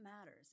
matters